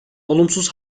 olumsuz